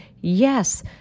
Yes